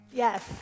Yes